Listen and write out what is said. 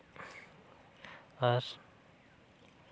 ᱟᱨ